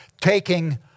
Taking